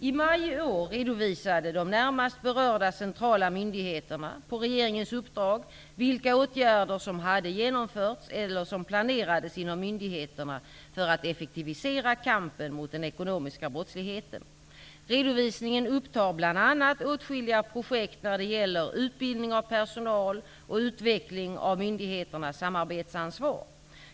I maj i år redovisade de närmast berörda centrala myndigheterna, på regeringens uppdrag, vilka åtgärder som hade genomförts eller som planerades inom myndigheterna för att effektivisera kampen mot den ekonomiska brottsligheten. Redovisningen upptar bl.a. åtskilliga projekt när det gäller utbildning av personal och utveckling av myndigheternas samarbetsansvar.